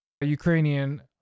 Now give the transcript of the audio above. Ukrainian